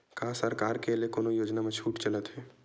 का सरकार के ले कोनो योजना म छुट चलत हे?